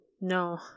no